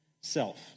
self